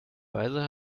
weise